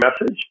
message